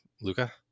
Luca